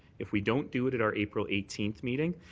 if we don't do it at our april eighteenth meeting,